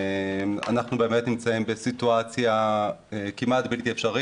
אנחנו באמת נמצאים בסיטואציה כמעט בלתי אפשרי,